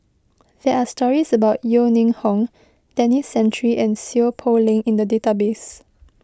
there are stories about Yeo Ning Hong Denis Santry and Seow Poh Leng in the database